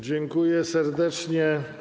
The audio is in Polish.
Dziękuję serdecznie.